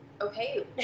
okay